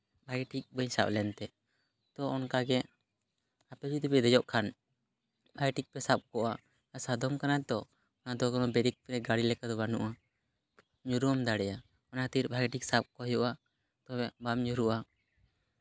ᱵᱷᱟᱜᱮ ᱴᱷᱤᱠ ᱵᱟᱹᱧ ᱥᱟᱵ ᱞᱮᱱᱛᱮ ᱛᱚ ᱚᱱᱠᱟᱜᱮ ᱟᱯᱮ ᱡᱩᱫᱤᱯᱮ ᱫᱮᱡᱚᱜ ᱠᱷᱟᱱ ᱵᱷᱟᱜᱮ ᱴᱷᱤᱠ ᱯᱮ ᱥᱟᱵ ᱠᱚᱜᱼᱟ ᱟᱨ ᱥᱟᱫᱚᱢ ᱠᱟᱱᱟᱭ ᱛᱚ ᱚᱱᱟ ᱫᱚ ᱠᱳᱱᱳ ᱵᱨᱮᱠ ᱯᱷᱨᱮᱠ ᱜᱟᱹᱰᱤ ᱞᱮᱠᱟ ᱫᱚ ᱵᱟᱹᱱᱩᱜᱼᱟ ᱧᱩᱨᱦᱩ ᱦᱚᱸᱢ ᱫᱟᱲᱮᱭᱟᱜᱼᱟ ᱚᱱᱟ ᱠᱷᱟᱹᱛᱤᱨ ᱵᱷᱟᱜᱮ ᱴᱷᱤᱠ ᱥᱟᱵ ᱠᱚᱜ ᱦᱩᱭᱩᱜᱼᱟ ᱛᱚᱵᱮ ᱵᱟᱢ ᱧᱩᱨᱦᱩᱜᱼᱟ